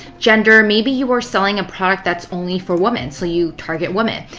gender, maybe you are selling a product that's only for women, so you target women.